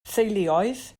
theuluoedd